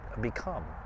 become